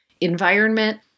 environment